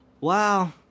Wow